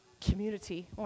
community